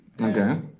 Okay